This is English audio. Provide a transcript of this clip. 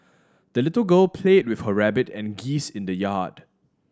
the little girl play with her rabbit and geese in the yard